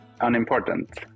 unimportant